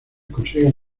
consiguen